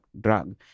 drug